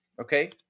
Okay